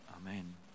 Amen